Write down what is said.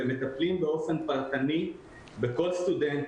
והם מטפלים באופן פרטני בכל סטודנט